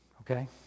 Okay